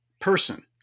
person